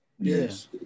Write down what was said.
Yes